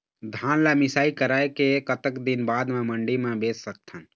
धान ला मिसाई कराए के कतक दिन बाद मा मंडी मा बेच सकथन?